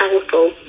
powerful